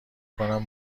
کنم